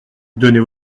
donnez